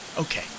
Okay